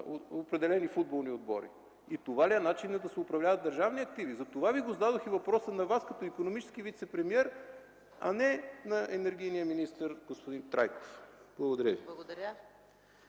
определени футболни отбори? И това ли е начинът да се управляват държавни активи? Затова Ви зададох въпроса на Вас като икономически вицепремиер, а не на енергийния министър господин Трайков. Благодаря Ви.